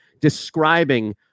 describing